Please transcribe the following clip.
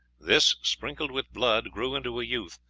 this, sprinkled with blood, grew into a youth,